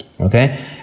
okay